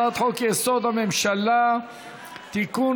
הצעת חוק-יסוד: הממשלה (תיקון,